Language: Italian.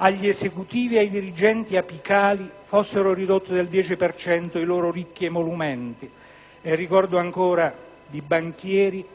agli esecutivi ed ai dirigenti apicali fossero ridotti del 10 per cento i loro ricchi emolumenti. Ricordo ancora di banchieri